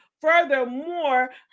furthermore